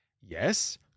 Yes